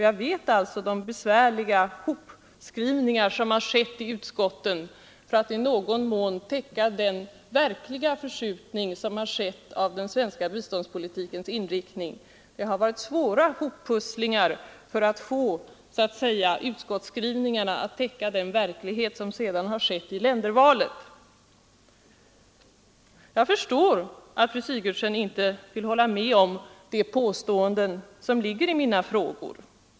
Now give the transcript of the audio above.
Jag vet alltså vilka besvärliga sammanskrivningar som gjorts i utskottet för att i någon mån täcka den verkliga förskjutning som skett av den svenska biståndspolitikens inriktning. Det har varit svåra hoppusslingar för att så att säga få utskottsskrivningarna att täcka verkligheten när det gäller ländervalet. Jag förstår att fru Sigurdsen inte vill hålla med om de påståenden som ligger i mina frågor.